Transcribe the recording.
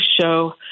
show